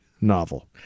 novel